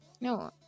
No